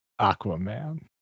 Aquaman